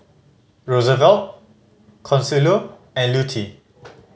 Rosevelt Consuelo and Lutie